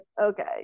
okay